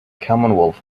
commonwealth